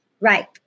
Right